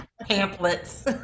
Pamphlets